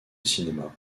cinéma